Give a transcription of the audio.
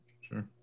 Sure